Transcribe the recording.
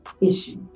issue